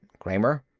kramer?